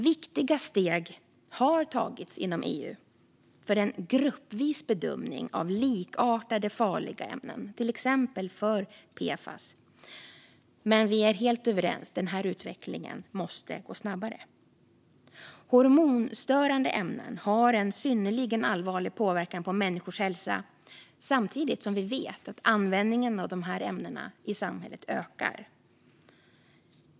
Viktiga steg har tagits inom EU för en gruppvis bedömning av likartade farliga ämnen, till exempel för PFAS, men vi är helt överens om att denna utveckling måste gå snabbare. Hormonstörande ämnen har en synnerligen allvarlig påverkan på människors hälsa. Samtidigt vet vi att användningen av dessa ämnen ökar i samhället.